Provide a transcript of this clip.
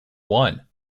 one